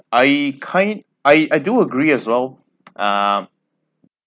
I kind I I do agree as well um